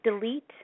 delete